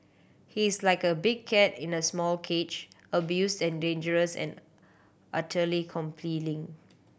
he's like a big cat in a small cage abused and dangerous and utterly compelling